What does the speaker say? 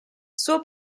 suo